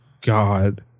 God